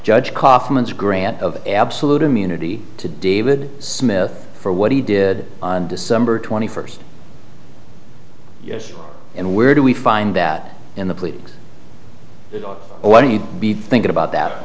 judge kaufman's grant of absolute immunity to david smith for what he did on december twenty first yes and where do we find that in the pleadings oh you'd be thinking about that